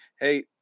Hey